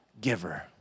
giver